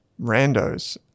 randos